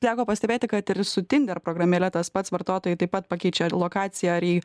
teko pastebėti kad ir su tinder programėle tas pats vartotojai taip pat pakeičia lokaciją ar į